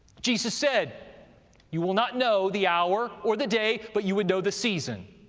jesus said you will not know the hour or the day, but you would know the season.